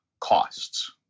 costs